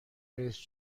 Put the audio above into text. رییس